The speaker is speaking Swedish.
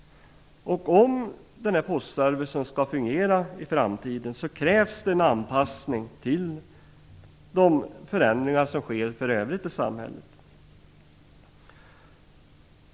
Om postservicen skall fungera i framtiden krävs en anpassning till de förändringar som sker för övrigt i samhället.